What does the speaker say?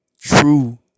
true